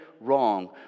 wrong